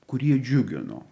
kurie džiugino